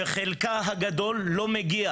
שחלקה הגדול לא מגיע